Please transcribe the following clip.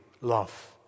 love